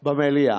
במליאה.